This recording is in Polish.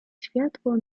światło